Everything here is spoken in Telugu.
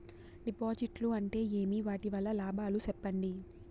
డిపాజిట్లు అంటే ఏమి? వాటి వల్ల లాభాలు సెప్పండి?